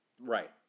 Right